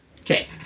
Okay